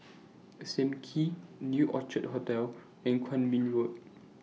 SAM Kee New Orchid Hotel and Kwong Min Road